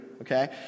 okay